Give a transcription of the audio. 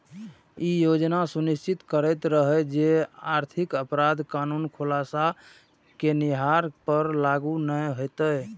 ई योजना सुनिश्चित करैत रहै जे आर्थिक अपराध कानून खुलासा केनिहार पर लागू नै हेतै